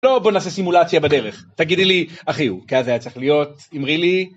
לא בוא נעשה סימולציה בדרך תגידי לי אחי הוא כזה היה צריך להיות אמרי לי.